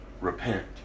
Repent